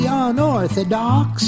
unorthodox